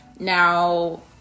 now